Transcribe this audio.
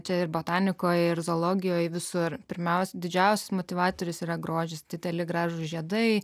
čia ir botanikoj ir zoologijoj visur pirmiausia didžiausias motyvatorius yra grožis dideli gražūs žiedai